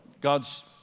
God's